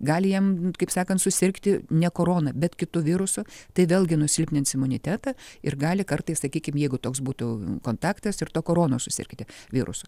gali jam kaip sakant susirgti ne korona bet kitu virusu tai vėlgi nusilpnins imunitetą ir gali kartais sakykim jeigu toks būtų kontaktas ir tuo korona susirgti virusu